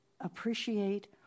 appreciate